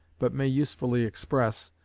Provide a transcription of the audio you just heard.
but may usefully express,